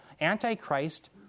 Antichrist